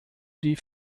die